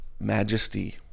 Majesty